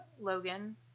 Logan